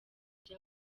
ibyo